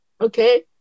Okay